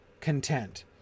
content